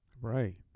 right